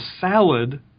salad